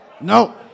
no